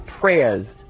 prayers